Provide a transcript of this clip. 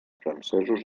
francesos